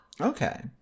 Okay